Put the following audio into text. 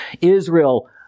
Israel